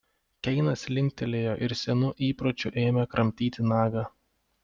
keinas linktelėjo ir senu įpročiu ėmė kramtyti nagą